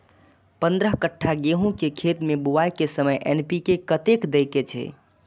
पंद्रह कट्ठा गेहूं के खेत मे बुआई के समय एन.पी.के कतेक दे के छे?